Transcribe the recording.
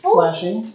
Slashing